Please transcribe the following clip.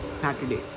Saturday